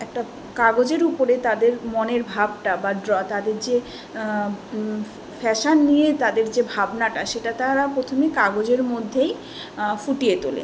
একটা কাগজের উপরে তাদের মনের ভাবটা বা ড্র তাদের যে ফ্যাশান নিয়েই তাদের যে ভাবনাটা সেটা তারা প্রথমে কাগজের মধ্যেই ফুটিয়ে তোলে